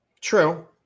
True